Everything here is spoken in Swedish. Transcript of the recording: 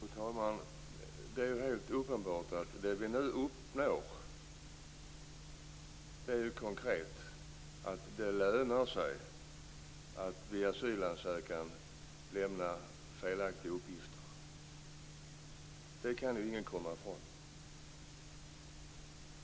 Fru talman! Det är helt uppenbart att det vi nu uppnår konkret är att det lönar sig att vid asylansökan lämna felaktiga uppgifter. Det kan ingen komma ifrån.